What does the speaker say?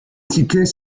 tickets